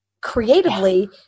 creatively